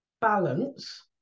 balance